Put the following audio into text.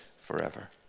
forever